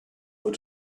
were